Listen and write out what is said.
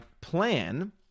plan